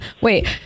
Wait